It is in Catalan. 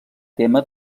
tema